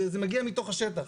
זה מגיע מתוך השטח.